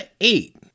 eight